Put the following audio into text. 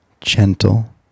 gentle